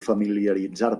familiaritzar